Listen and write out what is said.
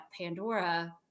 Pandora